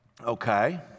Okay